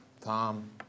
Tom